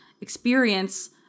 experience